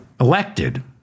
elected